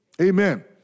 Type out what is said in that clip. Amen